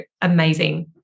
amazing